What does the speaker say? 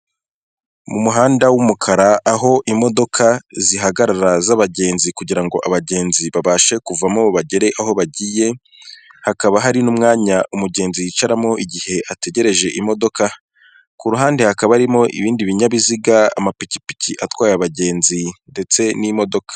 Mu muhanda w'umukara, aho imodoka zihagarara z'abagenzi, kugira ngo abagenzi babashe kuvamo, bagere aho bagiye, hakaba hari n'umwanya umugenzi yicaramo igihe ategereje imodoka, ku ruhande hakaba harimo ibindi binyabiziga, amapikipiki atwaye abagenzi, ndetse n'imodoka.